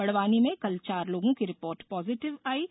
बड़वानी में कल चार लोगों की रिपोर्ट पॉजिटिव है